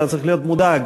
אתה צריך להיות מודאג.